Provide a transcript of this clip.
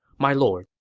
my lord,